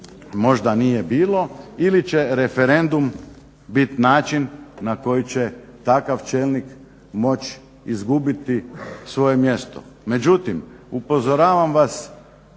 možda nije bilo ili će referendum bit način na koji će takav čelnik moći izgubiti svoje mjesto. Međutim, upozoravam vas